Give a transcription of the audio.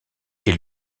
est